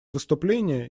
выступление